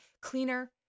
cleaner